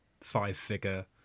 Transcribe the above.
five-figure